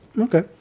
Okay